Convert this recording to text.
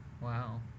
Wow